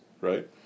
right